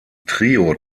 trio